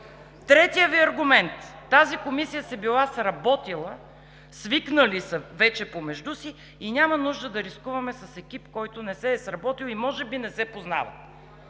Третият Ви аргумент – тази Комисия се била сработила, свикнали са вече помежду си и няма нужда да рискуваме с екип, който не се е сработил и може би не се познава.